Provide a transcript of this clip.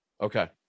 Okay